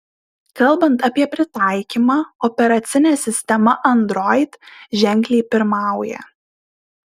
kalbant apie pritaikymą operacinė sistema android ženkliai pirmauja